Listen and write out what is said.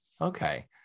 Okay